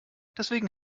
deswegen